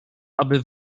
aby